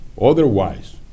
otherwise